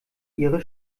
ihre